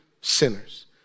sinners